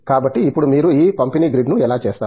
కాబట్టి ఇప్పుడు మీరు ఈ పంపిణీ గ్రిడ్ను ఎలా చేస్తారు